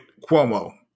Cuomo